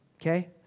okay